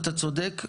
אתה צודק,